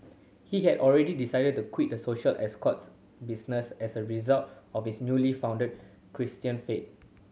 he had already decided to quit the social escorts business as a result of his newly found Christian faith